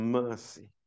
mercy